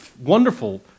wonderful